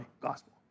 gospel